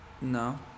No